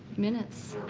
minutes.